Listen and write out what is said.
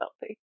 healthy